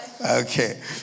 Okay